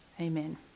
Amen